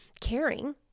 caring